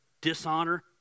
dishonor